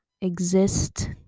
exist